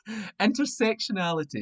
Intersectionality